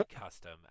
custom